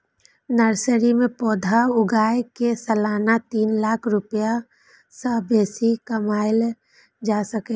nursery मे पौधा उगाय कें सालाना तीन लाख रुपैया सं बेसी कमाएल जा सकै छै